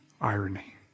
irony